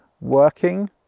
working